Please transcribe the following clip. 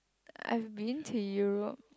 I've been to Europe